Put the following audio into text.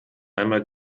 einmal